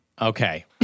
Okay